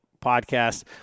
podcast